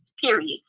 period